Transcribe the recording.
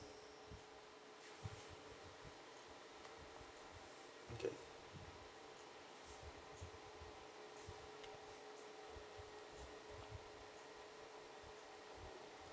okay